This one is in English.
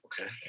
Okay